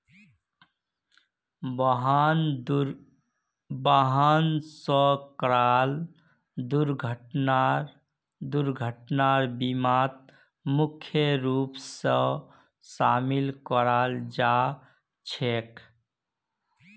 वाहन स कराल दुर्घटना दुर्घटनार बीमात मुख्य रूप स शामिल कराल जा छेक